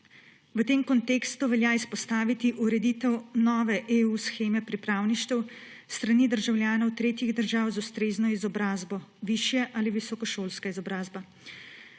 V tem kontekstu velja izpostaviti ureditev nove EU sheme pripravništev s strani državljanov tretjih držav z ustrezno izobrazbo, višja ali visokošolska izobrazba.